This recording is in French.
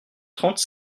trente